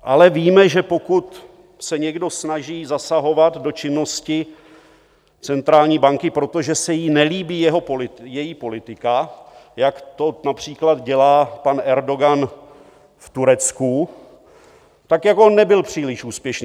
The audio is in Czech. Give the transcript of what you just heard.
Ale víme, že pokud se někdo snaží zasahovat do činnosti centrální banky, protože se mu nelíbí její politika, jak to například dělá pan Erdogan v Turecku, tak jako nebyl příliš úspěšný.